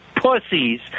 pussies